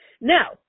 Now